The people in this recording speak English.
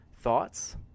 Thoughts